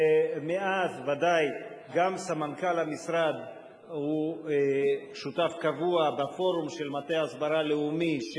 מאז בוודאי גם סמנכ"ל המשרד שותף קבוע בפורום של מטה ההסברה הלאומי,